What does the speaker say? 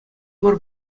мар